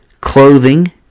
clothing